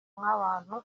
nk’abantu